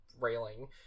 railing